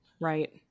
Right